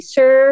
Sir